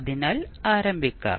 അതിനാൽ ആരംഭിക്കാം